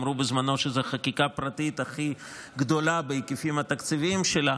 אמרו בזמנו שזו החקיקה הפרטית הכי גדולה בהיקפים התקציביים שלה,